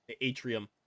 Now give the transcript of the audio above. atrium